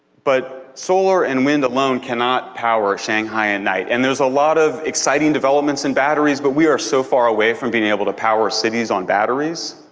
but solar and wind alone cannot power shanghai at and night, and there's a lot of exciting development in batteries, but we're so far away from being able to power cities on batteries.